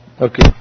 Okay